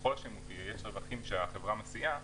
ככל שיש רווחים שהחברה משיאה,